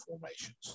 formations